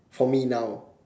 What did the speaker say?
for me now